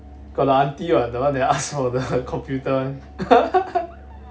got the aunty what the one that asked for the computer one